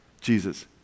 Jesus